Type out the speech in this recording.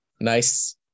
Nice